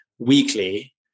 weekly